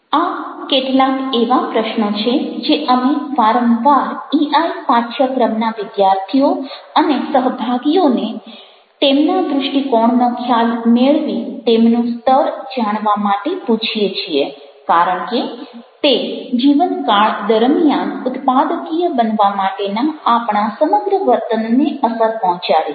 આ કેટલાક એવા પ્રશ્નો છે જે અમે વારંવાર ઈઆઈ પાઠ્યક્રમના વિદ્યાર્થીઓ અને સહભાગીઓને તેમના દ્રષ્ટિકોણનો ખ્યાલ મેળવી તેમનું સ્તર જાણવા માટે પૂછીએ છીએ કારણ કે તે જીવનકાળ દરમિયાન ઉત્પાદકીય બનવા માટેના આપણા સમગ્ર વર્તનને અસર પહોંચાડે છે